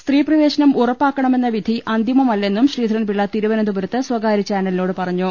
സ്ത്രീ പ്രവേ ശനം ഉറപ്പാക്കണമെന്ന വിധി അന്തിമ മല്ലെന്നും ശ്രീധരൻപിള്ള തിരുവനന്തപുരത്ത് സ്ഥകാര്യചാനലിനോട് പറഞ്ഞു